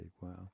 Wow